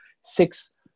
six